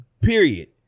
Period